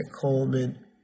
Coleman